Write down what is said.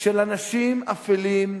של אנשים אפלים,